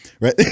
right